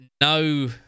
No